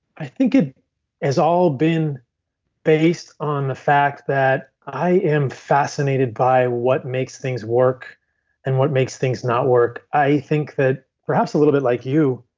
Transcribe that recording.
i think it has all been based on the fact that i am fascinated by what makes things work and what makes things not work. i think that perhaps a little bit like you,